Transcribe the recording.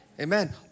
Amen